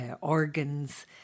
organs